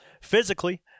physically